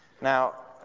Now